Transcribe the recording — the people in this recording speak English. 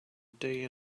day